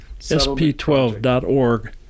SP12.org